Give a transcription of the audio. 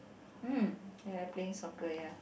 mm ya they playing soccer ya